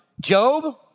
Job